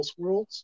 Elseworlds